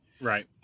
Right